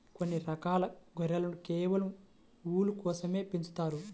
కొన్ని రకాల గొర్రెలను కేవలం ఊలు కోసమే పెంచుతారు